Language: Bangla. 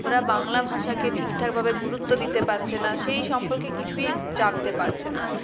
ওরা বাংলা ভাষাকে ঠিকঠাকভাবে গুরুত্ব দিতে পারছে না সেই সম্পর্কে কিছুই জানতে পারছে না